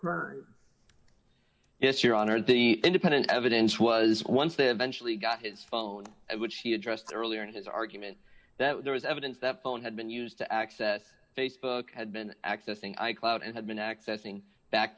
urn yes your honor the independent evidence was once they eventually got his phone which he addressed earlier in his argument that there was evidence that phone had been used to access facebook had been accessing icloud and had been accessing